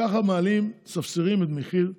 ככה מעלים ומספסרים במחיר הקרקע.